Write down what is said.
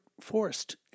forced